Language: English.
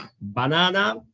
banana